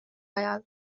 ajal